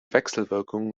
wechselwirkungen